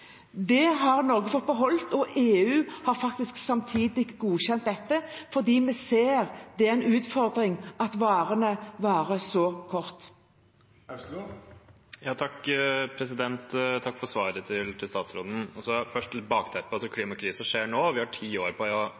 Det har Norge fått beholde, og EU har samtidig godkjent dette, fordi vi ser at det er en utfordring at varene varer så kort tid. Takk for svaret til statsråden. Først til bakteppet: Klimakrisen skjer nå, og vi har ti år på